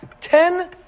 ten